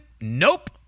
Nope